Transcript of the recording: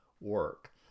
work